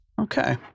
Okay